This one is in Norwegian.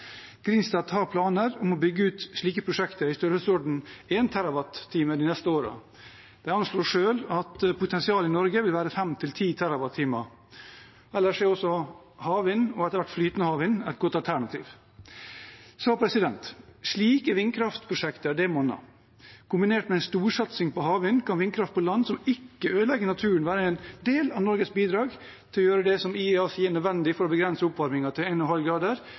har planer om å bygge ut slike prosjekter i størrelsesorden 1 TWh de neste årene. De anslår selv at potensialet i Norge vil være 5–10 TWh. Ellers er også havvind, og etter hvert flytende havvind, et godt alternativ. Slike vindkraftprosjekter monner. Kombinert med en storsatsing på havvind kan vindkraft på land som ikke ødelegger naturen, være en del av Norges bidrag til å gjøre det som IEA sier er nødvendig for å begrense oppvarmingen til 1,5 grader, kombinert med ny og